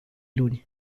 luni